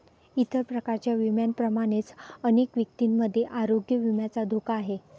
इतर प्रकारच्या विम्यांप्रमाणेच अनेक व्यक्तींमध्ये आरोग्य विम्याला धोका आहे